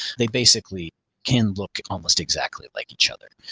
they basically can look almost exactly like each other.